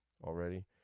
Already